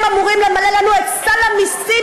שאמורים למלא לנו את סל המיסים,